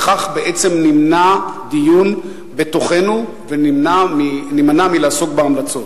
בכך בעצם נמנע דיון בתוכנו ונימנע מלעסוק בהמלצות.